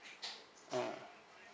ah